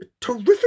terrific